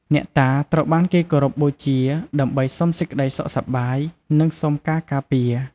អ្នកតាត្រូវបានគេគោរពបូជាដើម្បីសុំសេចក្តីសុខសប្បាយ និងសុំការការពារ។